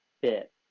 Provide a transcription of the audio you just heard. bit